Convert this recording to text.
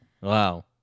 Wow